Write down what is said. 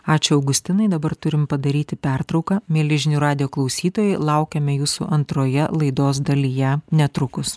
ačiū augustinai dabar turim padaryti pertrauką mieli žinių radijo klausytojai laukiame jūsų antroje laidos dalyje netrukus